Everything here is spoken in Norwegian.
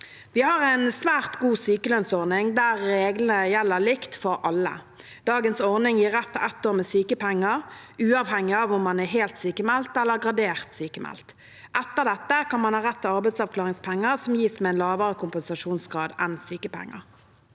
Vi har en svært god sykelønnsordning der reglene gjelder likt for alle. Dagens ordning gir rett til ett år med sykepenger uavhengig av om man er helt sykmeldt eller gradert sykmeldt. Etter dette kan man ha rett til arbeidsavklaringspenger, som gis med en lavere kompensasjonsgrad enn sykepenger.